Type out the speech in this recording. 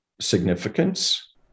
significance